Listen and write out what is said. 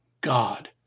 God